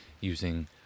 using